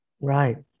Right